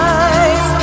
eyes